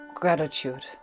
Gratitude